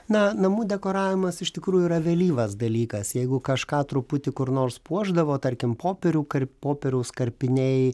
na namų dekoravimas iš tikrųjų yra vėlyvas dalykas jeigu kažką truputį kur nors puošdavo tarkim popierių kar popieriaus karpiniai